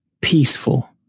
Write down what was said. peaceful